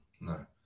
No